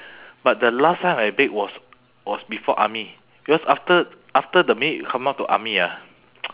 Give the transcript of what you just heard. but the last time I bake was was before army because after after the minute you come out to army ah